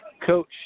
Coach